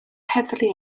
heddlu